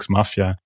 Mafia